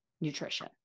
nutrition